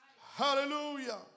Hallelujah